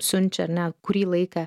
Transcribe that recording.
siunčia ar ne kurį laiką